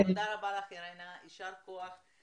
תודה רבה לך, יישר כוח.